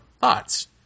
thoughts